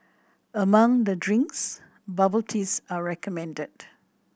among the drinks bubble teas are recommended